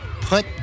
put